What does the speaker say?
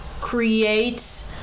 create